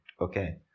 Okay